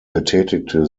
betätigte